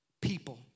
people